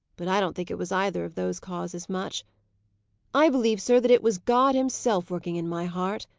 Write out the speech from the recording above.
but i don't think it was either of those causes much i believe, sir, that it was god himself working in my heart.